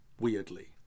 weirdly